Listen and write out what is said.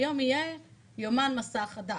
היום יהיה יומן מסע חדש,